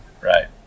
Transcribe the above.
Right